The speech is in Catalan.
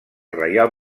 reial